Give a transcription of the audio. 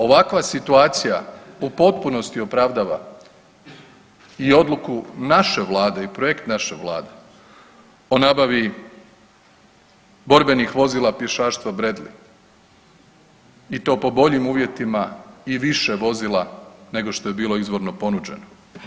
Ovakva situacija u potpunosti opravdava i odluku naše vlade i projekt naše vlade o nabavi borbenih vozila i pješaštva Bradley i to po boljim uvjetima i više vozila nego što je bilo izvorno ponuđeno.